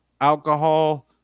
Alcohol